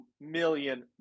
million